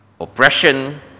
oppression